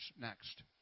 next